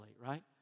right